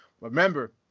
Remember